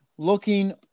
looking